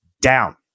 down